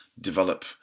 develop